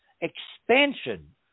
expansion